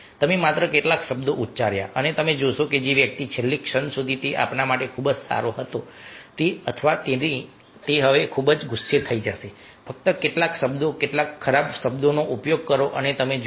તમે માત્ર કેટલાક શબ્દો ઉચ્ચાર્યા અને તમે જોશો કે જે વ્યક્તિ છેલ્લી ક્ષણ સુધી તે આપણા માટે ખૂબ જ સારો હતો તે અથવા તેણી ખૂબ ગુસ્સે થઈ જશે ફક્ત કેટલાક શબ્દો કેટલાક ખરાબ શબ્દોનો ઉપયોગ કરો અને તમે જુઓ